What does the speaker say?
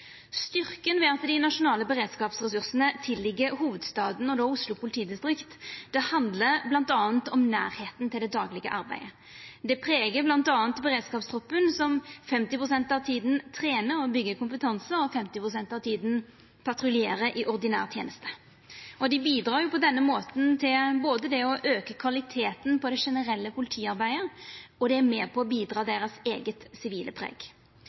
Styrken ved at dei nasjonale beredskapsressursane høyrer inn under hovudstaden, og då Oslo politidistrikt, handlar bl.a. om nærleiken til det daglege arbeidet. Det pregar bl.a. beredskapstroppen, som 50 pst. av tida trenar og byggjer kompetanse, og 50 pst. av tida patruljerer i ordinær teneste. Dei bidreg på denne måten til å auka kvaliteten på det generelle politiarbeidet, og det er med på å bidra til deira eige sivile preg.